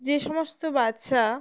যে সমস্ত বাচ্চা